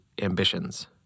ambitions